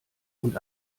und